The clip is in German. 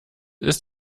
ist